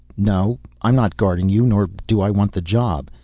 no, i'm not guarding you nor do i want the job.